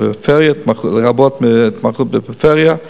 לרבות התמחות בפריפריה,